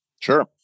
Sure